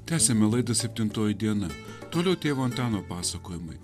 tęsiame laidą septintoji diena toliau tėvo antano pasakojimai